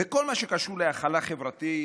וכל מה שקשור להכלה חברתית,